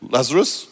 Lazarus